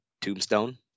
Tombstone